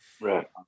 Right